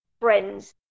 friends